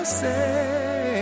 say